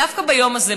דווקא ביום הזה,